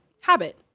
habit